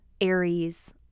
Aries